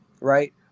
right